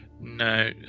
No